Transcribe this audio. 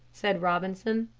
said robinson.